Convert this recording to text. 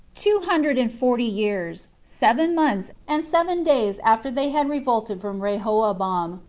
two hundred and forty years, seven months, and seven days after they had revolted from rehoboam,